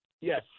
Yes